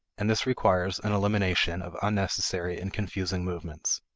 and this requires an elimination of unnecessary and confusing movements.